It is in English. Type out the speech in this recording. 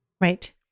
right